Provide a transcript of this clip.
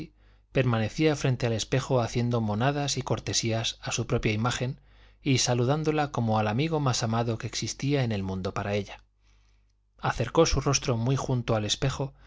permanecía frente al espejo haciendo monadas y cortesías a su propia imagen y saludándola como al amigo más amado que existía en el mundo para ella acercó su rostro muy junto al espejo